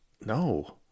No